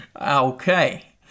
Okay